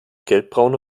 gelbbraune